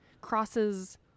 crosses